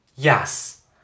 Yes